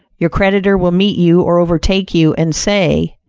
your creditor will meet you or overtake you and say,